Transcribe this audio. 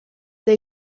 they